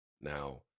Now